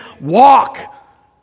walk